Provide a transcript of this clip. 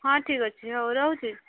ହଁ ଠିକ ଅଛି ହଉ ରହୁଚି